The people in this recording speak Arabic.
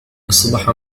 أصبح